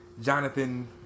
Jonathan